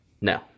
No